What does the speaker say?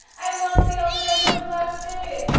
i lost the other end of elastic.